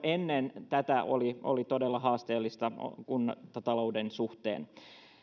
ennen tätä oli oli todella haasteellista kuntatalouden suhteen